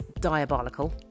diabolical